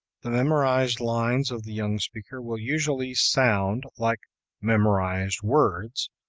the memorized lines of the young speaker will usually sound like memorized words,